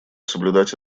соблюдать